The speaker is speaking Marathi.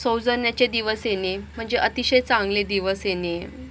सौजन्याचे दिवस येणे म्हणजे अतिशय चांगले दिवस येणे